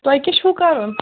تۄہہِ کیٛاہ چھُو کَرُن